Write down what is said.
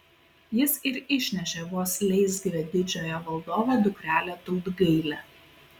jis ir išnešė vos leisgyvę didžiojo valdovo dukrelę tautgailę